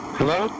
Hello